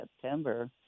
September